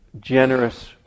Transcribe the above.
generous